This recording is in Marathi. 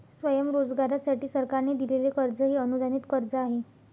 स्वयंरोजगारासाठी सरकारने दिलेले कर्ज हे अनुदानित कर्ज आहे